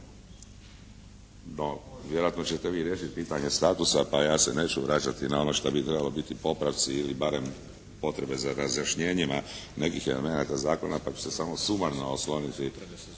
No vjerojatno ćete vi riješiti pitanje statusa pa ja se neću vraćati na ono što bi trebalo biti popravci ili barem potrebe za razrjašnjenjima nekih elemenata zakona pa ću se samo sumarno osloniti na neke,